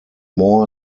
more